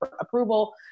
approval